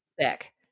sick